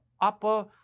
upper